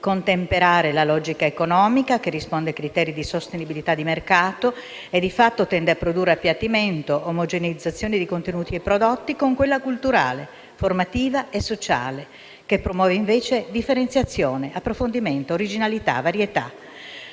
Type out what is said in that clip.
contemperare la logica economica, che risponde a criteri di sostenibilità del mercato e di fatto tende a produrre appiattimento, omogeneizzazione di contenuti e prodotti, con quella culturale, formativa e sociale, che promuove invece differenziazione, approfondimento, originalità, varietà.